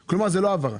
כלומר, זאת לא העברה.